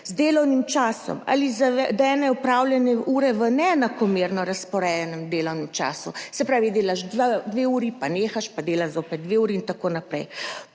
z delovnim časom ali zavedene opravljene ure v neenakomerno razporejenem delovnem času, se pravi delaš 2 uri, pa nehaš, pa delaš zopet 2 uri in tako naprej.